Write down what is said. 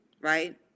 right